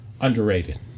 underrated